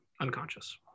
unconscious